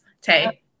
Tay